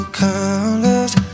colors